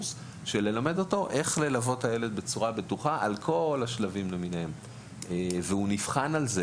והוא גם נבחן על זה.